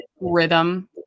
rhythm